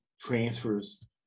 transfers